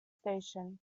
station